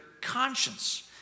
conscience